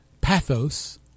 pathos